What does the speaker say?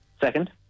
Second